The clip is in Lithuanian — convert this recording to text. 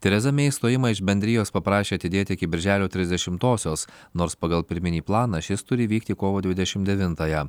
tereza mei išstojimą bendrijos paprašė atidėti iki birželio trisdešimtosios nors pagal pirminį planą šis turi įvykti kovo dvidešim devintąją